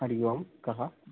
हरिः ओं कः